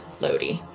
Lodi